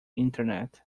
internet